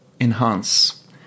enhance